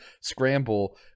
scramble